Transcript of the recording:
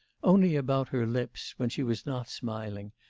only about her lips, when she was not smiling,